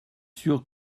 sûr